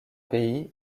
pays